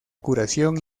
curación